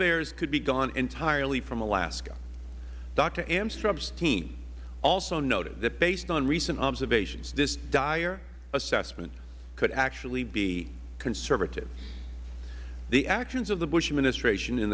bears could be gone entirely from alaska doctor amstrup's team also noted that based on recent observations this dire assessment could actually be conservative the actions of the bush administration